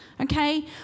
okay